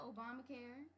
Obamacare